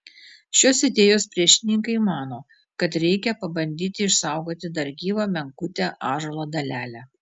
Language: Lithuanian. šios idėjos priešininkai mano kad reikia pabandyti išsaugoti dar gyvą menkutę ąžuolo dalelę